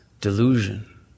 delusion